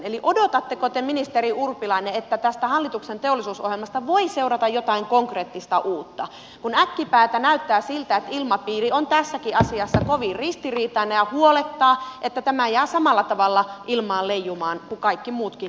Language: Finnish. eli odotatteko te ministeri urpilainen että tästä hallituksen teollisuusohjelmasta voi seurata jotain konkreettista uutta kun äkkipäätä näyttää siltä että ilmapiiri on tässäkin asiassa kovin ristiriitainen ja huolettaa että tämä jää samalla tavalla ilmaan leijumaan kuin kaikki muutkin keskeiset hankkeet